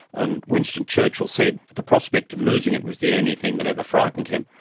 and winston churchill said the prospect of losing it was the only thing that ever frightened him.